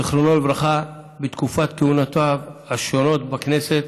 זיכרונו לברכה, בתקופות כהונותיו השונות בכנסת